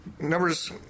Numbers